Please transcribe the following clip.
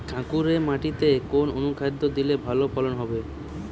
কাঁকুরে মাটিতে কোন অনুখাদ্য দিলে ভালো ফলন হবে?